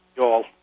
y'all